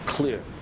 Clear